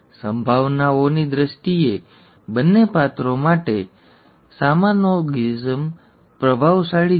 આ રીતે તે બે અક્ષરો સાથે થાય છે જેનો આપણે અહીં પુનેટ સ્ક્વેરનો ઉપયોગ કરીને એક વિચાર મેળવી શકીએ છીએ